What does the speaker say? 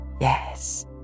Yes